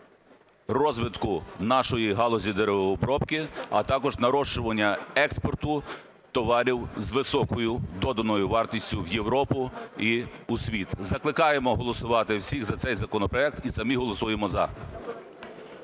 розвиток нашої галузі деревообробки, а також нарощування експорту товарів з високою доданою вартістю в Європу і у світ. Закликаємо голосувати всіх за цей законопроект і самі голосуємо "за".